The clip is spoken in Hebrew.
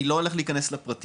אני לא הולך להיכנס לפרטים,